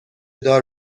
دار